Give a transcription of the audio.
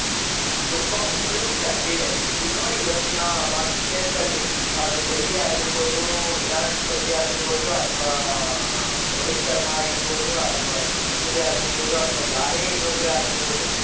ತುಂಬ ಉಪಯುಕ್ತ ಕ್ರೀಡೆ ಇದು ನೋಡಿ ಇವತ್ತಿನ ಭಾರತ ದೇಶದಲ್ಲಿ ಅದು ಕೊಹ್ಲಿ ಆಗಿರ್ಬೋದು ವಿರಾಟ್ ಕೊಹ್ಲಿ ಆಗಿರ್ಬೋದು ಅಥ್ವಾ ರೋಹಿತ್ ಶರ್ಮ ಆಗಿರ್ಬೋದು ಅಥ್ವಾ ಗಂಗೋಲಿ ಆಗಿರ್ಬೋದು ಅಥ್ವಾ ಯಾರೇ ಇನ್ನೊಬ್ರೆ ಆಗಿರ್ಬೋದು